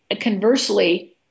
Conversely